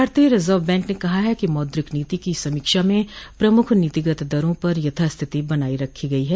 भारतीय reserve bank ने कहा है कि मौद्रिक नीति की समीक्षा में प्रमुख नीतिगत दरों पर यथास्थिति बनाए रखी गयी है